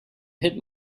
hit